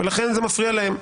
ולכן זה מפריע להם.